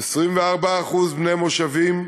24% בני מושבים,